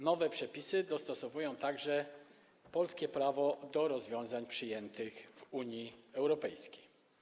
Nowe przepisy dostosowują także polskie prawo do rozwiązań przyjętych w Unii Europejskiej.